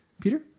Peter